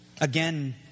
Again